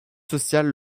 sociale